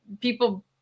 people